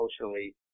emotionally